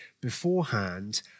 beforehand